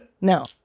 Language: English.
No